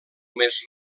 més